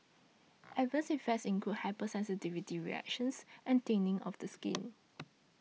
adverse effects include hypersensitivity reactions and thinning of the skin